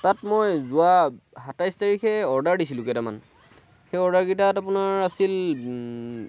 তাত মই যোৱা সাতাইছ তাৰিখে অৰ্ডাৰ দিছিলোঁ কেইটামান সেই অৰ্ডাৰ কেইটাত আপোনাৰ আছিল